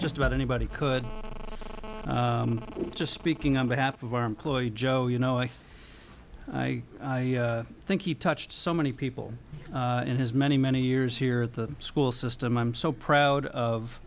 just about anybody could just speaking on behalf of our employee joe you know i think i think he touched so many people in his many many years here at the school system i'm so proud of